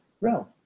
realm